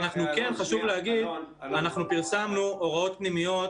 כן חשוב להגיד שפרסמנו הוראות פנימיות